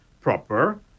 proper